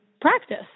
practice